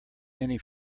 many